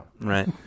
Right